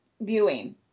viewing